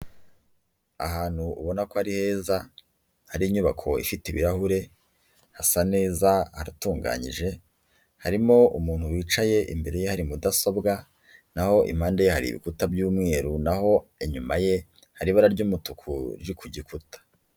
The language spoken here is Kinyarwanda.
Ahantu ubona ko ari heza, hari inyubako ifite ibirahure, hasa neza haratunganyije, harimo umuntu wicaye imbere ye hari mudasobwa naho impande ye hari ibikuta by'umweru naho inyuma ye hari ibara ry'umutuku riri ku gikuta.